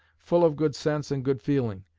full of good sense and good feeling,